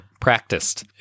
practiced